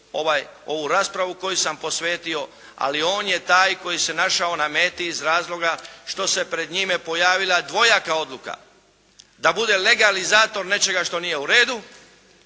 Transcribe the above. ovu raspravu koju sam posvetio. Ali on je taj koji se je našao na meti iz razloga što se pred njime pojavila dvojaka odluka, da bude legalizator nečega što nije u redu.